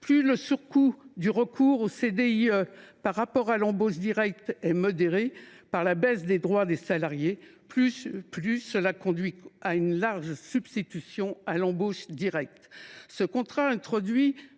Plus le surcoût du recours au CDIE par rapport à l’embauche directe est modéré, du fait de la baisse des droits des salariés, plus cela conduit à une large substitution à l’embauche directe.